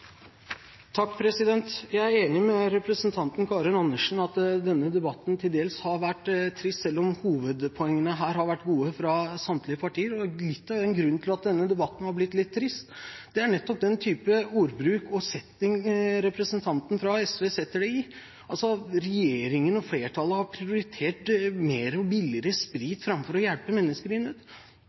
Jeg er enig med representanten Karin Andersen i at denne debatten til dels har vært trist, selv om hovedpoengene her har vært gode fra samtlige partier. Litt av grunnen til at denne debatten har blitt litt trist, er nettopp den type ordbruk og setting representanten fra SV setter det i – at regjeringen og flertallet har prioritert mer og billigere sprit framfor å hjelpe mennesker i nød.